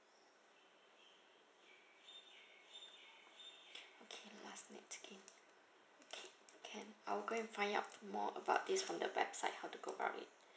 okay last nett gain okay can I will go and find out more about this from the website how to go about it